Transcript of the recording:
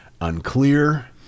unclear